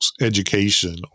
education